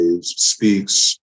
speaks